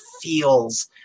feels